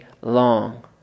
long